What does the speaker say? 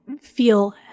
feel